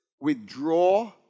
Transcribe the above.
withdraw